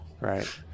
Right